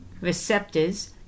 receptors